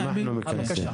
אנחנו מכנסים.